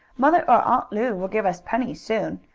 mother or aunt lu will give us pennies soon,